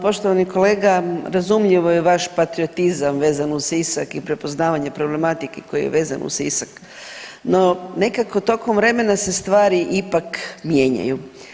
Poštovani kolega, razumljivo je vaš patriotizam vezan uz Sisak i prepoznavanje problematike koja je vezana uz Sisak, no nekako tokom vremena se stvari ipak mijenjaju.